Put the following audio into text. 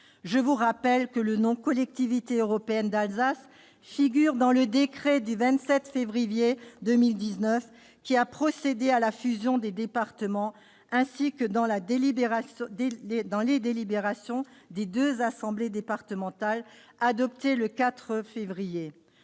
Je vous rappelle que l'appellation « Collectivité européenne d'Alsace » figure dans le décret du 27 février 2019, qui a procédé à la fusion des départements, ainsi que dans les délibérations des deux assemblées départementales adoptées le 4 février